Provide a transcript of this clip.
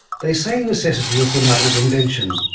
they say necessity is the mother of invention,